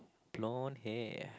blond hair